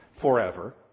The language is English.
forever